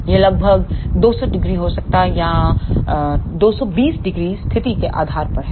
यह लगभग 200 0हो सकता या 2200 स्थिति के आधार पर है